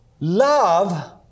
Love